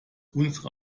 unsere